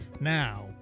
Now